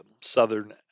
southern